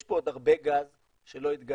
יש פה עוד הרבה גז שלא התגלה,